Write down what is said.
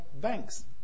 banks